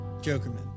Jokerman